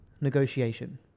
negotiation